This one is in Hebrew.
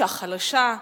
אשה חלשה,